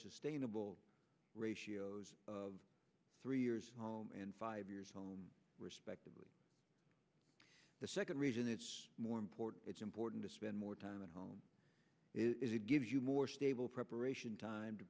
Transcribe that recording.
sustainable ratios of three years and five years respectively the second reason it's more important it's important to spend more time at home it gives you more stable preparation time to